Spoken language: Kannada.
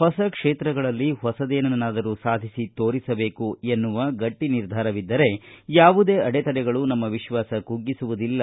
ಹೊಸ ಕ್ಷೇತ್ರಗಳಲ್ಲಿ ಹೊಸದೇನನ್ನಾದರೂ ಸಾಧಿಸಿ ತೋರಿಸಬೇಕು ಎನ್ನುವ ಗಟ್ಟಿ ನಿರ್ಧಾರವಿದ್ದರೆ ಯಾವುದೇ ಅಡೆ ತಡೆಗಳು ನಮ್ಮ ವಿಶ್ವಾಸ ಕುಗ್ಗಿಸುವುದಿಲ್ಲ